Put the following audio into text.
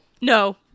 No